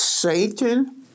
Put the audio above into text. Satan